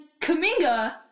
Kaminga